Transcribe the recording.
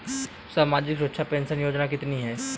सामाजिक सुरक्षा पेंशन योजना कितनी हैं?